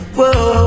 Whoa